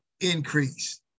increase